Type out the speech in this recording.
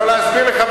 לא להסביר לך?